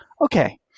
Okay